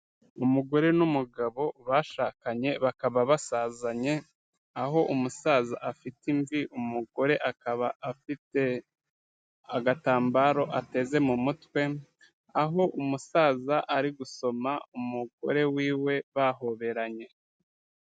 Umugore n'umugabo bashakanye bakaba basazanye aho umusaza afite imvi, umugore akaba afite agatambaro ateze mu mutwe, aho umusaza ari gusoma umugore wiwe bahoberanye.